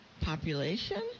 population